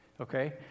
Okay